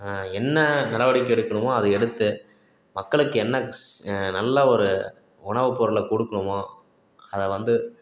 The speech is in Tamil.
என்ன நடவடிக்கை எடுக்கணுமோ அதை எடுத்து மக்களுக்கு என்ன நல்ல ஒரு உணவு பொருளை கொடுக்கணுமோ அதை வந்து